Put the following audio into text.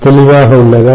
தெளிவாக உள்ளதா